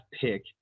pick